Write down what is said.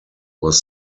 was